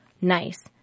nice